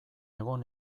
egon